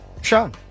Sean